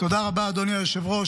תודה רבה, אדוני היושב-ראש.